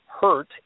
hurt